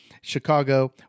Chicago